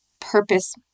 purpose